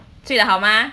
睡得好吗